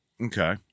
Okay